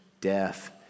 death